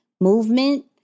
movement